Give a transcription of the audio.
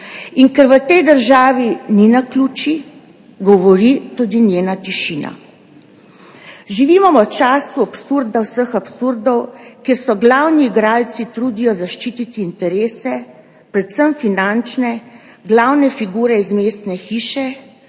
In ker v tej državi ni naključij, govori tudi njena tišina. Živimo v času absurda vseh absurdov, kjer se glavni igralci trudijo zaščititi interese, predvsem finančne, glavne figure iz mestne hiše